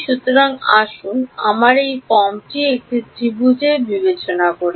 সুতরাং আসুন আমরা এই ফর্মটির একটি ত্রিভুজটি বিবেচনা করি